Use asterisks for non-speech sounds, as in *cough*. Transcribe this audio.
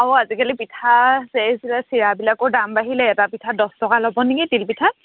অ' আজিকালি পিঠা *unintelligible* চিৰাবিলাকৰ দাম বাঢ়িলে এটা পিঠাত দছ টকা ল'ব নেকি তিল পিঠাত